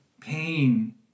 pain